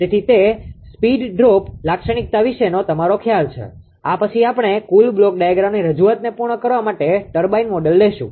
તેથી તે speed droop લાક્ષણિકતા વિશેનો તમારો ખ્યાલ છે આ પછી આપણે કુલ બ્લોક ડાયાગ્રામની રજૂઆતને પૂર્ણ કરવા માટે ટર્બાઇન મોડેલ લેશું